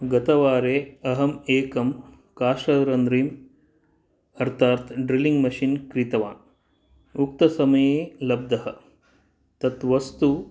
गतवारे अहम् एकं काष्ठरन्ध्रिम् अर्थात् ड्रिलिङ्ग् मशीन् क्रीतवान् उक्तसमये लब्धः तत् वस्तु